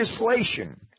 legislation